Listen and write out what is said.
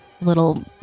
little